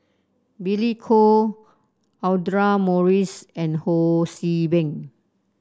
Billy Koh Audra Morrice and Ho See Beng